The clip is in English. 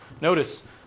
Notice